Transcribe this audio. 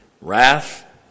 wrath